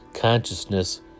consciousness